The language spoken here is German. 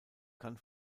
kann